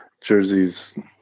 Jersey's